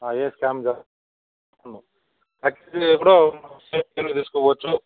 ఏ scam జరగదు actually ఎప్పుడో సెఫ్టిగా తీసుకుని పోవచ్చు